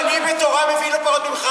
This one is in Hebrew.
אני אומר את זה.